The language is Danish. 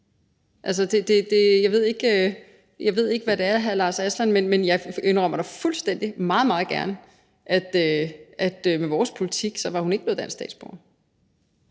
Jeg ved ikke, hvad det er, hr. Lars Aslan Rasmussen mener. Men jeg indrømmer da fuldstændig – meget, meget gerne – at med vores politik var hun ikke blevet dansk statsborger.